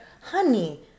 Honey